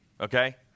okay